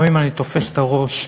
תופס את הראש,